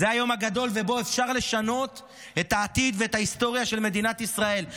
זה היום הגדול שבו אפשר לשנות את העתיד ואת ההיסטוריה של מדינת ישראל.